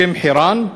בשם חירן,